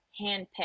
handpick